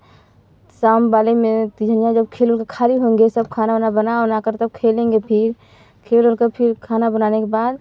शाम वाले में तो खेल उल के खाली होंगे सब खाना वाना बना उना कर तब खेलेंगे फिर खेल उल कर फिर खाना बनाने के बाद